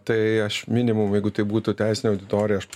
tai aš minimum jeigu tai būtų teisinė auditorija aš